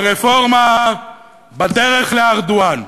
הרפורמה בדרך לארדואן.